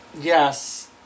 Yes